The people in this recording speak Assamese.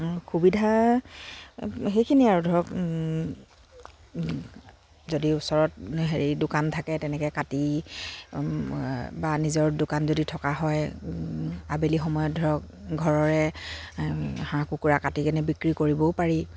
সুবিধা সেইখিনিয়ে আৰু ধৰক যদি ওচৰত হেৰি দোকান থাকে তেনেকৈ কাটি বা নিজৰ দোকান যদি থকা হয় আবেলি সময়ত ধৰক ঘৰৰে হাঁহ কুকুৰা কাটি কেনে বিক্ৰী কৰিবও পাৰি